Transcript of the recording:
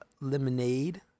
lemonade